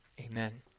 Amen